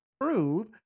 prove